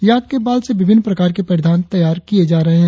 याक के बाल से विभिन्न प्रकार के परिधान तैयार किए जा रहे है